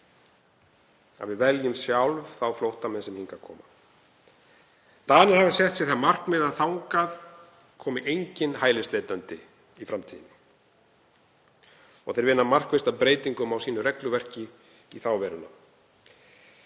að við veljum sjálf þá flóttamenn sem hingað koma. Danir hafa sett sér það markmið að þangað komi enginn hælisleitandi í framtíðinni. Þeir vinna markvisst að breytingum á regluverki sínu í þá veruna